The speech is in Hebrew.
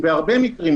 --- בהרבה מקרים,